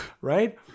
right